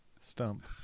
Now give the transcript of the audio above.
stump